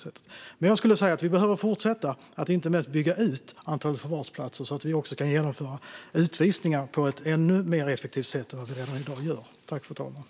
Vi behöver fortsätta att bygga ut antalet förvarsplatser så att vi också kan genomföra utvisningar på ett ännu mer effektivt sätt än vi gör redan i dag.